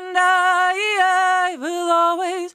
and i will always